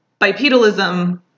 bipedalism